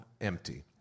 empty